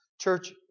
Church